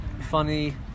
funny